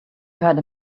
heard